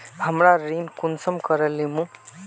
हमरा ऋण कुंसम करे लेमु?